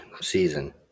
season